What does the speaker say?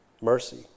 mercy